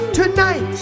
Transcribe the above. tonight